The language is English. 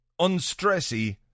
unstressy